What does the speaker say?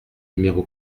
numéro